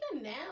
now